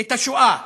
את השואה,